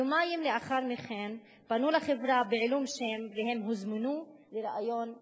יומיים לאחר מכן הם פנו לחברה בעילום שם והוזמנו לראיון עבודה.